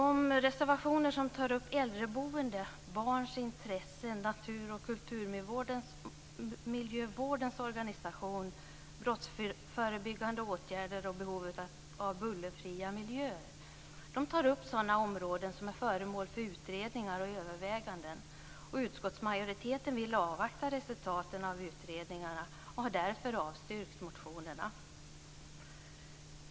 De reservationer som tar upp äldreboende, barns intressen, natur och kulturmiljövårdens organisation, brottsförebyggande åtgärder och behovet av bullerfria miljöer tar upp sådana områden som är föremål för utredningar och överväganden. Utskottsmajoriteten vill avvakta resultaten av utredningarna och har därför avstyrkt motionerna.